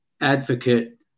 advocate